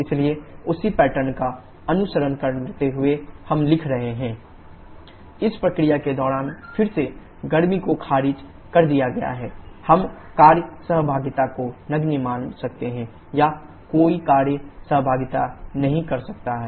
इसलिए उसी पैटर्न का अनुसरण करते हुए हम लिख रहे हैं q23 − 𝑊23 ℎ3 − ℎ2 इस प्रक्रिया के दौरान फिर से गर्मी को खारिज कर दिया जाता है और हम कार्य सहभागिता को नगण्य मान सकते हैं या कोई कार्य सहभागिता नहीं कर सकते हैं